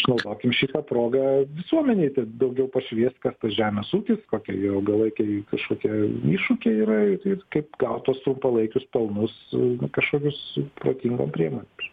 išnaudokim šitą progą visuomenei tai daugiau pašviest kas tas žemės ūkis kokie jo ilgalaikiai kažkokie iššūkiai yra ir kaip gaut tuos trumpalaikius pelnus nu kažkokius protingom priemonėmis